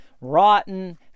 rotten